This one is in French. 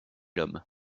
l’homme